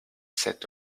sept